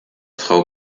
frau